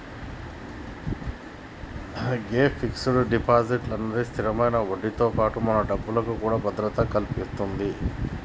గే fix deposit అన్నది స్థిరమైన వడ్డీతో పాటుగా మన డబ్బుకు కూడా భద్రత కల్పితది